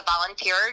volunteer